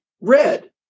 red